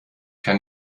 kann